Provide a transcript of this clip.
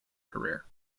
career